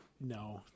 no